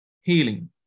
healing